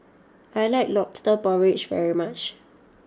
I like Lobster Porridge very much